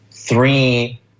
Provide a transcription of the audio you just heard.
three